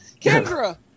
Kendra